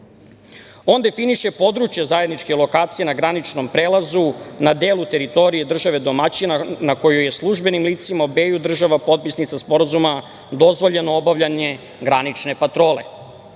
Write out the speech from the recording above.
On definiše područje zajedničke lokacije na graničnom prelazu, na delu teritorije države domaćina, na kojoj je službenim licima obeju država potpisnica sporazuma, dozvoljeno obavljanje granične patrole.